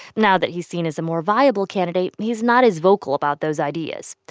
now that he's seen as a more viable candidate, he's not as vocal about those ideas.